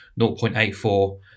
0.84